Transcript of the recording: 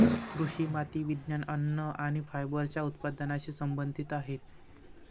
कृषी माती विज्ञान, अन्न आणि फायबरच्या उत्पादनाशी संबंधित आहेत